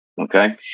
Okay